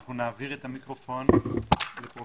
ואנחנו נעביר את המיקרופון לפרופ'